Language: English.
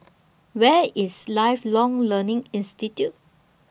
Where IS Lifelong Learning Institute